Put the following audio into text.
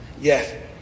Yes